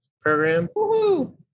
program